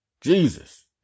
jesus